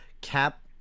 Cap